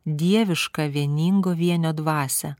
dievišką vieningo vienio dvasią